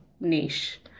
niche